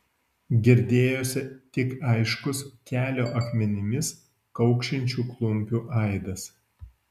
girdėjosi tik aiškus kelio akmenimis kaukšinčių klumpių aidas